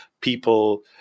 people